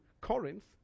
corinth